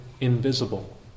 invisible